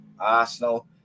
Arsenal